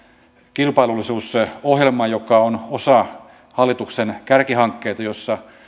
kilpailullisuusohjelman joka on osa hallituksen kärkihankkeita jossa